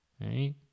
Right